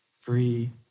free